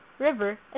river